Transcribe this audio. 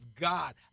God